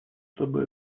чтобы